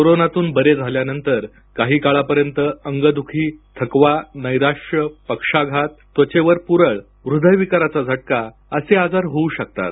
कोरोनातून बरे झाल्यानंतर काही काळापर्यंत अंगदुखी थकवा नैराश्य पक्षाघात त्वचेवर प्रळ हृदय विकाराचा झटका असे आजार होऊ शकतात